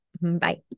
Bye